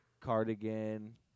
Cardigan